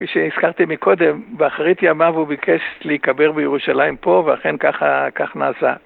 כשנזכרתי מקודם, באחרית ימיו הוא ביקש להיקבר בירושלים פה, ואכן כך, ככה נעשה.